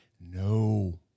no